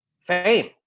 fame